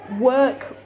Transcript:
work